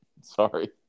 Sorry